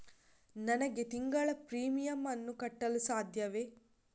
ನನಗೆ ತಿಂಗಳ ಪ್ರೀಮಿಯಮ್ ಅನ್ನು ಕಟ್ಟಲು ಸಾಧ್ಯವೇ?